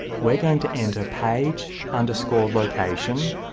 we're going to enter page, underscore, location.